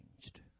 changed